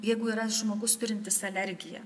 jeigu yra žmogus turintis alergiją